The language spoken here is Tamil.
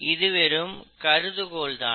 இது வெறும் கருதுகோள் தான்